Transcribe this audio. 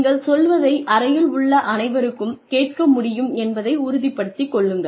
நீங்கள் சொல்வதை அறையில் உள்ள அனைவருக்கும் கேட்க முடியும் என்பதை உறுதிப்படுத்திக் கொள்ளுங்கள்